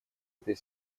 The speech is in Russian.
этой